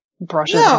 brushes